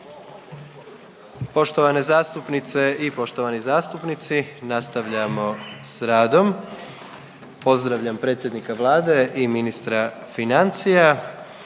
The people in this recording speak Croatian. Poštovane zastupnice i poštovani zastupnici nastavljamo s radom. Pozdravljam predsjednika Vlade i ministra financija.